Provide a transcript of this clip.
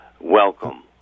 Welcome